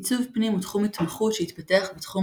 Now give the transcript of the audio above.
עיצוב פנים הוא תחום התמחות שהתפתח בתחום